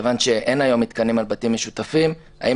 כיוון שאין היום מתקנים על בתים משותפים האם